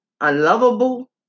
unlovable